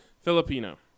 Filipino